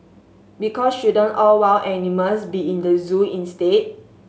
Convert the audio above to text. because shouldn't all wild animals be in the zoo instead